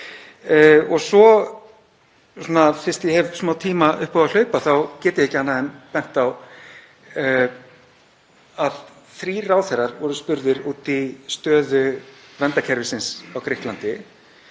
Og fyrst ég hef smá tíma upp á að hlaupa þá get ég ekki annað en bent á að þrír ráðherrar voru spurðir út í stöðu verndarkerfisins á Grikklandi.